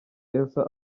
elsa